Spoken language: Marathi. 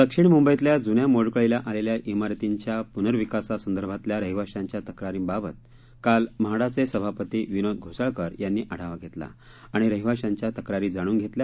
दक्षिण मुंबईतल्या जुन्या मोडकळीला आलेल्या आितींचा पुनर्विकासासंदर्भातल्या रहिवाशांच्या तक्रारींबाबत काल म्हाडाचे सभापती विनोद घोसाळकर यांनी आढावा घेतला आणि रहिवाशांच्या तक्रारी जाणून घेतल्या